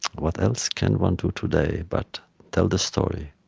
what else can one do today but tell the story